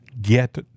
get